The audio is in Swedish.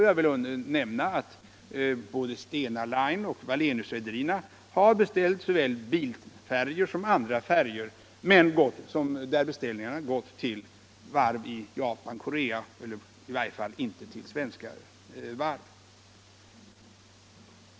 Jag vill nämna att både Stena Line och Walleniusrederierna har beställt såväl bilfärjor som andra färjor, varvid beställningarna gått till varv i Japan eller Korea — i varje fall inte till svenska varv.